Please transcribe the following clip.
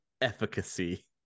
efficacy